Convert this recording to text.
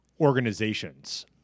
organizations